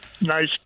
nice